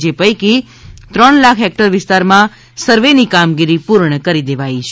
જે પૈકી ત્રણ લાખ હેક્ટર વિસ્તારમાં સર્વેની કામગીરી પૂર્ણ કરી દેવાઈ છે